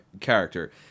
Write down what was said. character